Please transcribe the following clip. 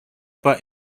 but